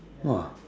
!wah!